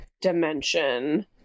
dimension